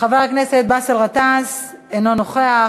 חבר הכנסת באסל גטאס, אינו נוכח,